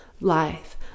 life